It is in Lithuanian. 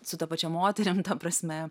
su ta pačia moterim ta prasme